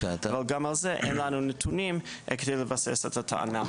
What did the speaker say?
אבל גם על זה אין לנו נתונים כדי לבסס את הטענה.